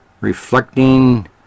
reflecting